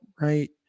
right